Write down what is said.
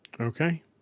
Okay